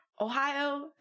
Ohio